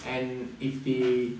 and if they